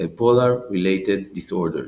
Bipolar Related Disorders,